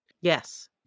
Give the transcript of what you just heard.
Yes